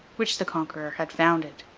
which the conqueror had founded.